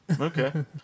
Okay